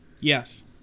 yes